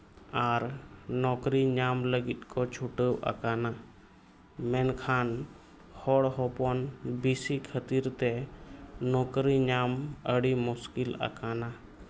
ᱟᱨ ᱱᱚᱠᱨᱤ ᱧᱟᱢ ᱞᱟᱹᱜᱤᱫ ᱠᱚ ᱪᱷᱩᱴᱟᱹᱣ ᱟᱠᱟᱱᱟ ᱢᱮᱱᱠᱷᱟᱱ ᱦᱚᱲ ᱦᱚᱯᱚᱱ ᱵᱮᱹᱥᱤ ᱠᱷᱟᱹᱛᱤᱨ ᱛᱮ ᱱᱚᱠᱨᱤ ᱧᱟᱢ ᱟᱹᱰᱤ ᱧᱟᱢ ᱟᱠᱟᱱᱟ